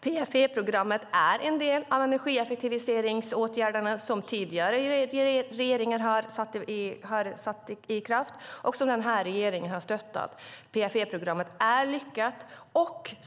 PFE-programmet är en del av de energieffektiviseringsåtgärder som tidigare regeringar har satt i kraft och som också denna regering har stöttat. PFE-programmet är lyckat.